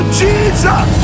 jesus